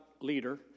leader